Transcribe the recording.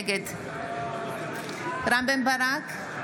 נגד רם בן ברק,